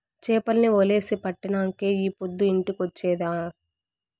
చేపల్ని వలేసి పట్టినంకే ఈ పొద్దు ఇంటికొచ్చేది ఆ